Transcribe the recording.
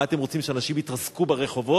מה אתם רוצים, שאנשים יתרסקו ברחובות?